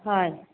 হয়